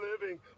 living